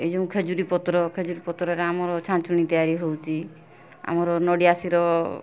ଏଇ ଯେଉଁ ଖେଜୁରୀ ପତ୍ର ଖେଜୁରୀ ପତ୍ରରେ ଆମର ଛାଞ୍ଚୁଣି ତିଆରି ହଉଛି ଆମର ନଡ଼ିଆ ସିର